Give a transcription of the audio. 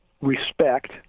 respect